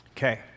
Okay